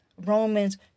Romans